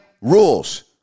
rules